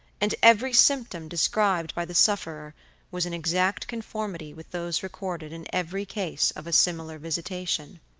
and every symptom described by the sufferer was in exact conformity with those recorded in every case of a similar visitation.